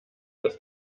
das